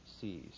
sees